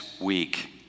week